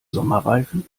sommerreifen